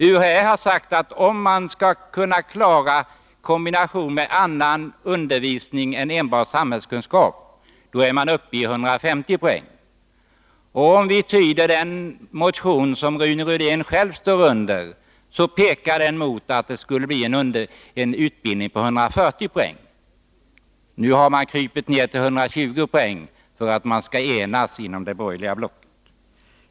UHÄ har sagt att om man skall kunna klara kombinationen med annan undervisning än enbart i samhällskunskap, är man uppe i 150 poäng. En motion som Rune Rydén själv står under med sitt namn pekar mot att det skulle bli en utbildning på 140 poäng. Nu har man krupit ner till 120 poäng för att man skall enas inom de borgerliga blocket.